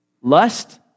lust